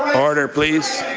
order, please.